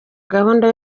gahunda